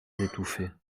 d’étouffer